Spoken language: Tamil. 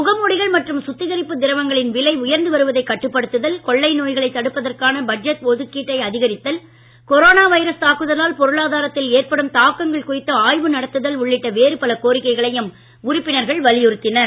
முகமூடிகள் மற்றும் சுத்திகரிப்பு திரவங்களின் விலை உயர்ந்து வருவதை கட்டுப்படுத்துதல் கொள்ளை நோய்களை தடுப்பதற்கான பட்ஜெட் ஓதுக்கீட்டை அதிகரித்தல் கொரோனா வைரஸ் தாக்குதலால் பொருளாதாரத்தில் ஏற்படும் தாக்கங்கள் குறித்து ஆய்வு நடத்துதல் உள்ளிட்ட வேறுபல கோரிக்கைகளையும் உறுப்பினர்கள் வலியுறுத்தினர்